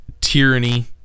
tyranny